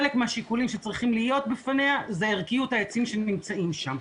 חלק מהשיקולים שצריכים להיות בפניה זה ערכיות העצים שנמצאים שם.